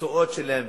ובמקצועות שלהם.